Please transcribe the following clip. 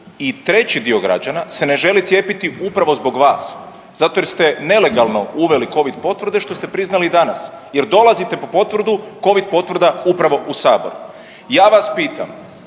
i treći dio građana se ne želi cijepiti upravo zbog vas zato jer ste nelegalno uveli Covid potvrde što ste priznali i danas jer dolazite po Covid potvrdu Covid potvrda upravo u sabor. Ja vas pitam,